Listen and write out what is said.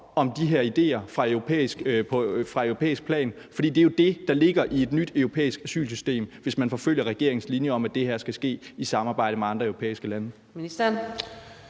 om de her idéer fra europæisk side? For det er jo det, der ligger i et nyt europæisk asylsystem, hvis man forfølger regeringens linje om, at det her skal ske i samarbejde med andre europæiske lande.